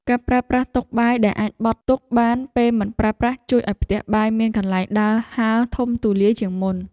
ការប្រើប្រាស់តុបាយដែលអាចបត់ទុកបានពេលមិនប្រើប្រាស់ជួយឱ្យផ្ទះបាយមានកន្លែងដើរហើរធំទូលាយជាងមុន។